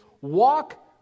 walk